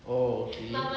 oh okay